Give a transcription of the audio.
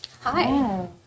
Hi